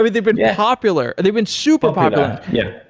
they've been popular. they've been super popular. yeah,